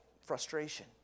frustration